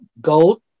gold